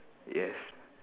yes